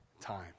time